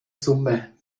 summe